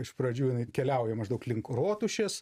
iš pradžių jinai keliauja maždaug link rotušės